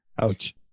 Ouch